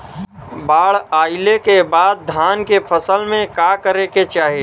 बाढ़ आइले के बाद धान के फसल में का करे के चाही?